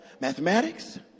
mathematics